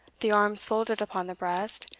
the arms folded upon the breast,